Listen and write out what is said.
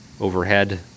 overhead